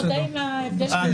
אתם לא מודעים להבדלים?